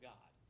God